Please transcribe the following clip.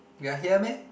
we are here meh